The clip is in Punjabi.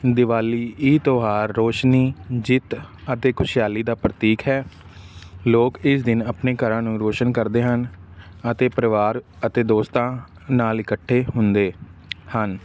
ਦਿਵਾਲੀ ਇਹ ਤਿਉਹਾਰ ਰੌਸ਼ਨੀ ਜਿੱਤ ਅਤੇ ਖੁਸ਼ਹਾਲੀ ਦਾ ਪ੍ਰਤੀਕ ਹੈ ਲੋਕ ਇਸ ਦਿਨ ਆਪਣੇ ਘਰਾਂ ਨੂੰ ਰੌਸ਼ਨ ਕਰਦੇ ਹਨ ਅਤੇ ਪਰਿਵਾਰ ਅਤੇ ਦੋਸਤਾਂ ਨਾਲ ਇਕੱਠੇ ਹੁੰਦੇ ਹਨ